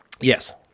Yes